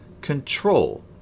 control